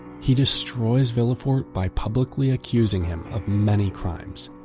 he destroys villefort by publically accusing him of many crimes,